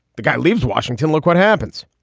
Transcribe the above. the guy leaves washington. look what happens.